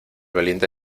valiente